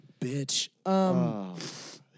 bitch